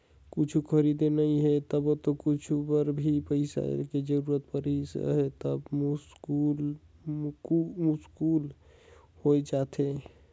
कुछु खरीदना नइ हे तभो ले कुछु बर भी पइसा के जरूरत परिस त बड़ मुस्कुल हो जाथे